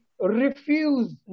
refuse